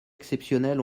exceptionnelles